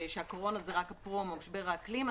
שהקורונה זה רק הפרומו משבר האקלים.